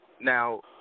now